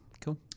Cool